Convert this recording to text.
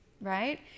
Right